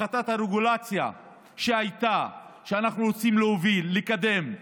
הפחתת הרגולציה שאנחנו רוצים להוביל, לקדם,